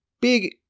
big